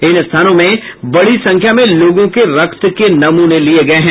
इन स्थानों में बड़ी संख्या में लोगों के रक्त के नमूने लिये गये हैं